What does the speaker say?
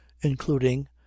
including